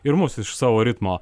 ir mus iš savo ritmo